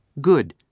Good